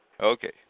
Okay